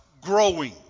growing